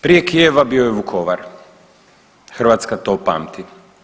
Prije Kijeva bio je Vukovar, Hrvatska to pamti.